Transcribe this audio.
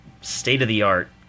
state-of-the-art